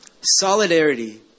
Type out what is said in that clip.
Solidarity